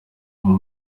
uwo